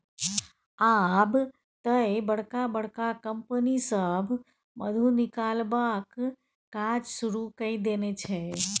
आब तए बड़का बड़का कंपनी सभ मधु निकलबाक काज शुरू कए देने छै